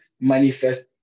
manifest